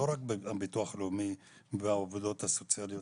לא רק ביטוח לאומי והעובדות הסוציאליות